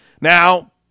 Now